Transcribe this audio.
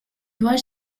doit